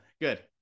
good